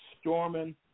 storming